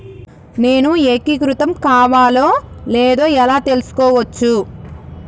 నేను ఏకీకృతం కావాలో లేదో ఎలా తెలుసుకోవచ్చు?